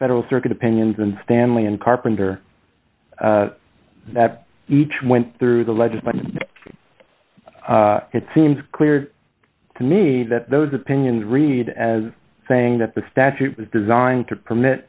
federal circuit opinions and stanley and carpenter that each went through the legislature it seems clear to me that those opinions read as saying that the statute was designed to permit